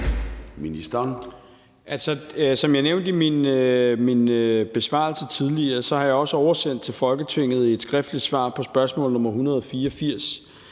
Hummelgaard): Som jeg nævnte i min besvarelse tidligere, har jeg også oversendt et skriftligt svar på spørgsmål nr. 284